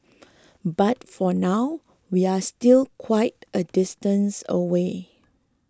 but for now we're still quite a distance away